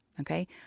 Okay